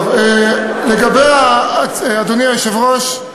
אדוני היושב-ראש,